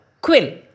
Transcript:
quill